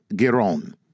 Giron